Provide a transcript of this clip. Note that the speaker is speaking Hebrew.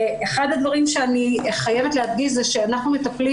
אחד הדברים שאני חייבת להגיד זה שאנחנו מטפלים